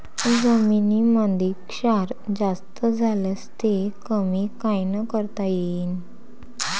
जमीनीमंदी क्षार जास्त झाल्यास ते कमी कायनं करता येईन?